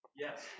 Yes